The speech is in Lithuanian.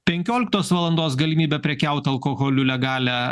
penkioliktos valandos galimybę prekiaut alkoholiu legalią